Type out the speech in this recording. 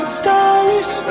stylish